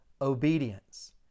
obedience